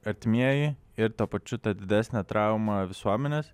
artimieji ir tuo pačiu ta didesnė trauma visuomenės